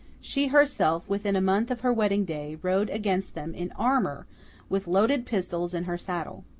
she herself, within a month of her wedding day, rode against them in armour with loaded pistols in her saddle.